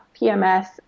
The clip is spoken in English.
pms